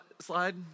slide